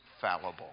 fallible